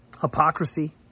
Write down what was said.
Hypocrisy